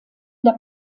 der